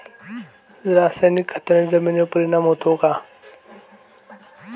रासायनिक खताने जमिनीवर परिणाम होतो का?